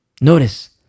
Notice